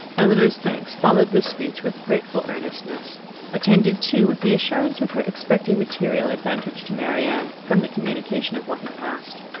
elinor's thanks followed this speech with grateful earnestness attended too with the assurance of her expecting material advantage to marianne, from the communication of what had passed.